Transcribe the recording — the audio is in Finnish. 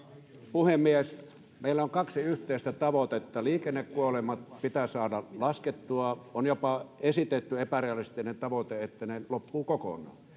puhemies meillä on kaksi yhteistä tavoitetta liikennekuolemat pitää saada laskemaan on jopa esitetty epärealistinen tavoite että ne loppuvat kokonaan mutta